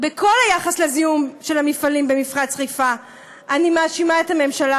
בכל היחס לזיהום של המפעלים במפרץ חיפה אני מאשימה את הממשלה